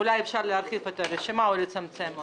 אולי אפשר להרחיב את הרשימה או לצמצם אותה.